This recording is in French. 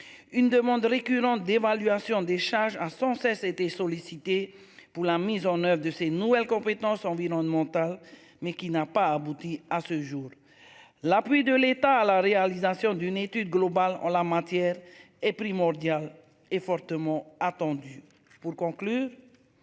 Une demande récurrente d'évaluation des charges à sans cesse été sollicité pour la mise en oeuvre de ces nouvelles compétences environnementales mais qui n'a pas abouti à ce jour-là, puis de l'État à la réalisation d'une étude globale en la matière est primordiale est fortement attendu pour conclu.